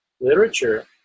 literature